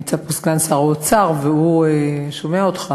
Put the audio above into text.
נמצא פה סגן שר האוצר והוא שומע אותך.